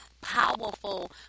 powerful